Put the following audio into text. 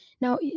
Now